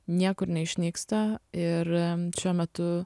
niekur neišnyksta ir šiuo metu